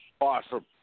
Awesome